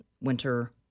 winter